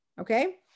Okay